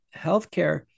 healthcare